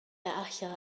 alla